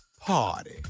Party